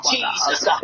Jesus